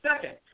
second